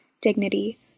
dignity